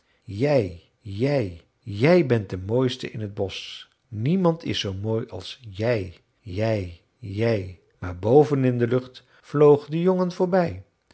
jij jij jij bent de mooiste in t bosch niemand is zoo mooi als jij jij jij maar boven in de lucht vloog de jongen voorbij